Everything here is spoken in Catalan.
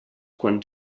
quan